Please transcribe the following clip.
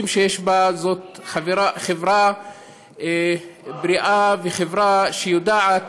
שיש בה זאת חברה בריאה וחברה שיודעת,